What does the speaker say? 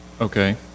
Okay